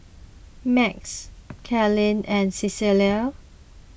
Max Kaley and Cecile